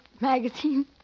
magazine